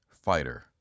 fighter